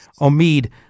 Omid